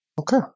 Okay